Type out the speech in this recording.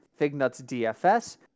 fignutsdfs